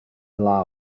gla